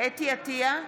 אתי עטייה,